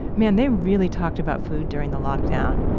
man, they really talked about food during the lockdown.